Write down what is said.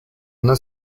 una